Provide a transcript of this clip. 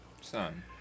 son